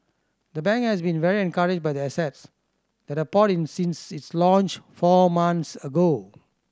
the bank has been very encouraged by the assets that have poured in since its launch four months ago